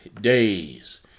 days